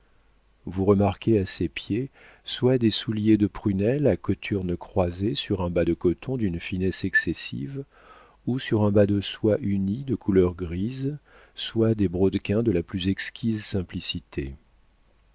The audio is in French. vous remarquez à ses pieds soit des souliers de prunelle à cothurnes croisés sur un bas de coton d'une finesse excessive ou sur un bas de soie uni de couleur grise soit des brodequins de la plus exquise